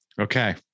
Okay